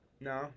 No